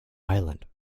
island